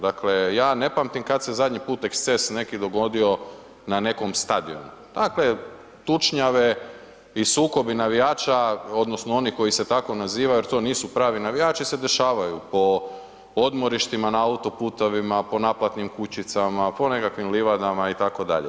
Dakle, ja ne pamtim kad se zadnji put eksces neki dogodio na nekom stadionu, ako je tučnjave i sukobi navijača odnosno onih koji se tako naziva jer to nisu pravo navijači se dešavaju po odmorištima, na autoputovima, po naplatnim kućama, po nekakvim livadama itd.